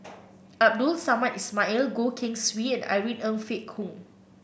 Abdul Samad Ismail Goh Keng Swee and Irene Ng Phek Hoong